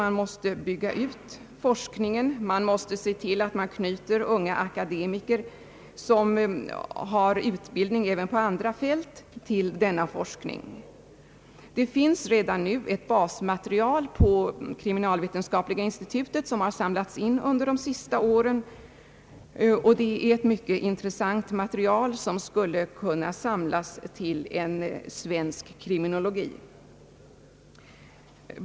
Man måste bygga ut forskningen och knyta unga akade miker, som har utbildning även på andra fält, till denna forskning. Det finns redan nu på kriminalvetenskapliga institutet ett basmaterial som har samlats in under de senaste åren. Det är ett mycket intressant material, som skulle kunna samlas till en svensk kriminologi.